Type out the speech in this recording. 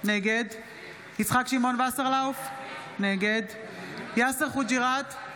נגד יצחק שמעון וסרלאוף, נגד יאסר חוג'יראת,